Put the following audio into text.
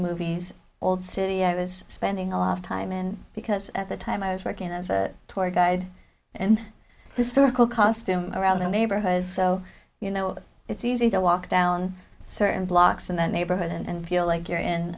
movies old city i was spending a lot of time in because at the time i was working as a tour guide and historical costume around the neighborhood so you know it's easy to walk down certain blocks and the neighborhood and feel like you're in